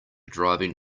driving